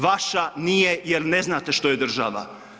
Vaša nije jel ne znate što je država.